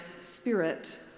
Spirit